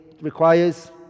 requires